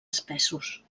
espessos